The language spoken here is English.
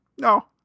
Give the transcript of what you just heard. no